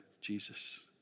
Jesus